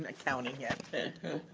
and counting yet.